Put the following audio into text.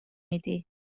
میدی